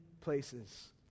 places